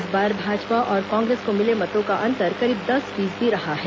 इस बार भाजपा और कांग्रेस को मिले मतों का अंतर करीब दस फीसदी रहा है